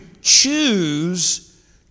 choose